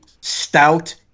stout